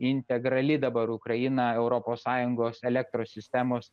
integrali dabar ukraina europos sąjungos elektros sistemos